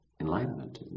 enlightenment